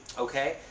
ok?